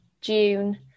June